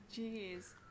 Jeez